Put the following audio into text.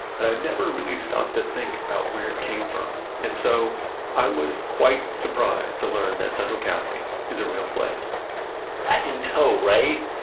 but i'd never really stopped to think about where it came from and so i was quite surprised to learn that central casting is a real place i know, right?